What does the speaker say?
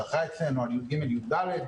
שאחראי אצלנו על י"ג י"ד.